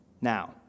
Now